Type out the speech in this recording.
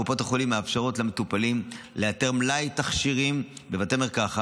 קופות החולים מאפשרות למטופלים לאתר מלאי תכשירים בבתי מרקחת,